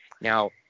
Now